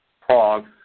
Prague